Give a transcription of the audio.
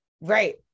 Right